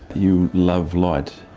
you love light.